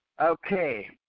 Okay